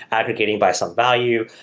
advocating by some value,